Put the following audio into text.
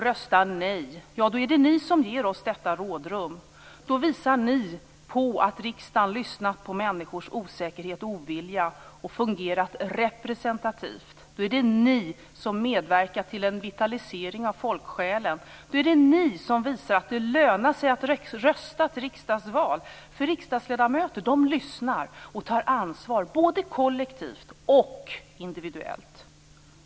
Röstar ni nej är det ni som ger oss detta rådrum. Då visar ni att riksdagen lyssnat på människors osäkerhet och ovilja och fungerat representativt. Då är det ni som medverkar till en vitalisering av folksjälen. Då är det ni som visar att det lönar sig att rösta i ett riksdagsval, för riksdagsledamöterna lyssnar och tar ansvar både kollektivt och individuellt.